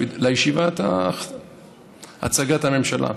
לישיבת הצגת הממשלה,